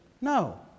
No